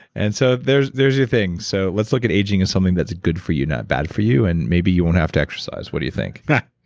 and so there's there's your thing. so let's look at aging as something that's good for you, not bad for you, and maybe you won't have to exercise. what do you think? yeah